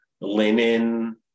linen